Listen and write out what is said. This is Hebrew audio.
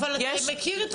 אבל אתה מכיר את